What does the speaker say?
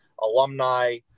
alumni